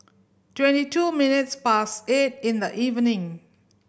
twenty two minutes past eight in the evening